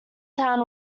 town